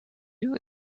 you